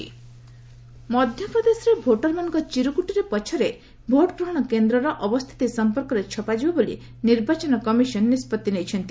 MP polls ମଧ୍ୟପ୍ରଦେଶରେ ଭୋଟରମାନଙ୍କ ଚିରୁକ୍ତ୍ରଟୀ ପଛରେ ଭୋଟ୍ଗ୍ରହଣ କେନ୍ଦ୍ରର ଅବସ୍ଥିତି ସଂପର୍କରେ ଛପାଯିବ ବୋଲି ନିର୍ବାଚନ କମିଶନ୍ ନିଷ୍ପଭି ନେଇଛନ୍ତି